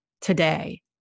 today